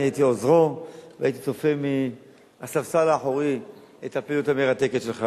אני הייתי עוזרו והייתי צופה מהספסל האחורי בפעילות המרתקת שלך,